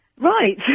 Right